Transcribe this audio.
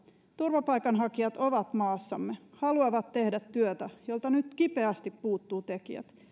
turvapaikanhakijat ovat maassamme ja haluavat tehdä työtä jolta nyt kipeästi puuttuvat tekijät